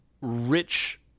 rich